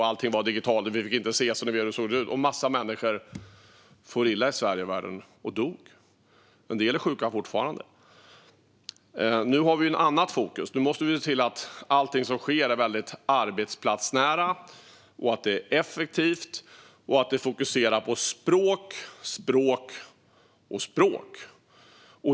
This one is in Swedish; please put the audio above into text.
Allting var digitalt, och vi fick inte ses. En mängd människor for illa i världen och många dog, och en del är sjuka fortfarande. Nu har vi ett annat fokus; nu måste vi se till att allting som sker är arbetsplatsnära och effektivt och att det fokuserar på språk, språk och språk.